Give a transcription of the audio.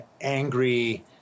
angry